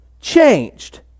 changed